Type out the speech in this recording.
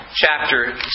chapter